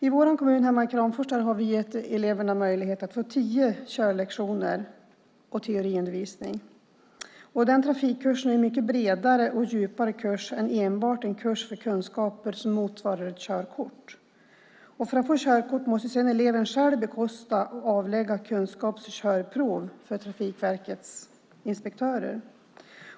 I vår kommun hemma i Kramfors har vi gett eleverna möjlighet att få tio körlektioner och teoriundervisning. Den trafikkursen är en mycket bredare och djupare kurs än enbart en kurs för kunskaper som motsvarar ett körkort. För att få körkort måste sedan eleven själv bekosta och avlägga kunskaps och körprov för Trafikverkets inspektörer.